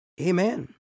Amen